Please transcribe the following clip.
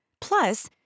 Plus